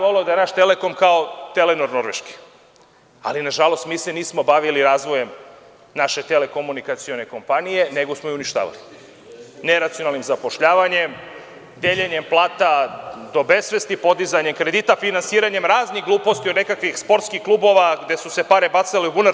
Voleo bih da je naš „Telekom“ kao „Telenor“ Norveške, ali nažalost, mi se nismo bavili razvojem naše telekomunikacione kompanije, nego smo je uništavali neracionalnim zapošljavanjem, deljenjem plata do besvesti, podizanje kredita, finansiranjem raznih gluposti o nekakvih sportskih klubova, gde su se pare bacale u bunar.